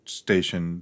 station